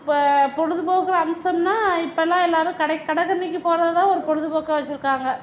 இப்போ பொழுதுபோக்கு அம்சம்னால் இப்பெலாம் எல்லாேரும் கடை கடை கன்னிக்கு போவதுதான் ஒரு பொழுதுபோக்காக வச்சுருக்காங்க